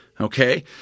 Okay